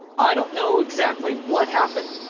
i don't know exactly what happened,